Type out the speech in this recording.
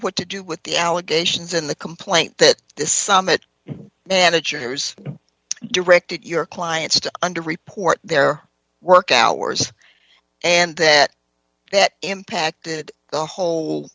what to do with the allegations in the complaint that this summit and the chairs directed your clients to under report their work hours and that that impacted the whole